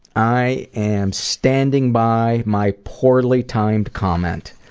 i am standing by my poorly timed comment.